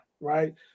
right